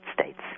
states